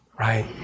Right